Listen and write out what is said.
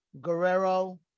guerrero